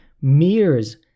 mirrors